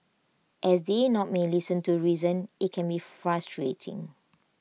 as they not may listen to reason IT can be frustrating